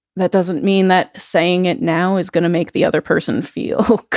that doesn't mean that saying it now is going to make the other person feel